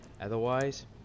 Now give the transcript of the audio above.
Otherwise